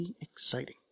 exciting